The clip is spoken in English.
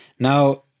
Now